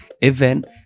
event